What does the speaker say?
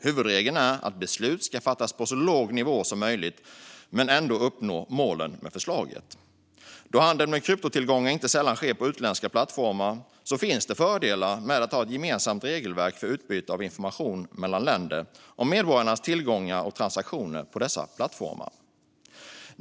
Huvudregeln är att beslut ska fattas på så låg nivå som möjligt men att målen med förslaget ändå uppnås. Då handeln med kryptotillgångar inte sällan sker på utländska plattformar finns det fördelar med att ha ett gemensamt regelverk för utbyte av information mellan länder om medborgarnas tillgångar och transaktioner på dessa plattformar.